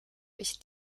ich